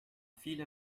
viele